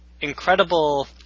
incredible